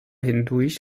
hindurch